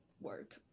work